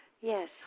Yes